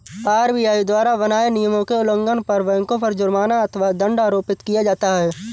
RBI द्वारा बनाए नियमों के उल्लंघन पर बैंकों पर जुर्माना अथवा दंड आरोपित किया जाता है